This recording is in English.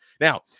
Now